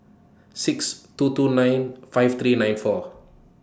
six two two nine five three nine four